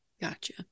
Gotcha